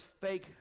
fake